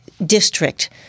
district